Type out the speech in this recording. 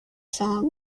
song